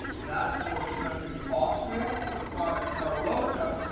that's for the country austria, the product carlota,